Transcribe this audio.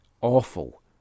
awful